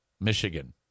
Michigan